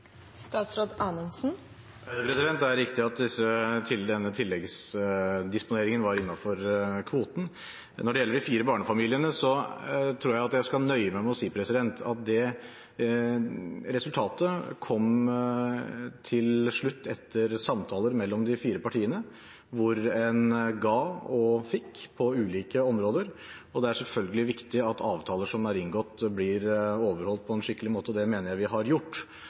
Det er riktig at denne tilleggsdisponeringen var innenfor kvoten. Når det gjelder de fire barnefamiliene, tror jeg at jeg skal nøye meg med å si at det resultatet kom til slutt etter samtaler mellom de fire partiene, hvor en ga og fikk på ulike områder. Det er selvfølgelig viktig at avtaler som er inngått, blir overholdt på en skikkelig måte. Det mener jeg vi har gjort.